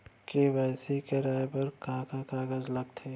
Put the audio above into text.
KYC कराये बर का का कागज लागथे?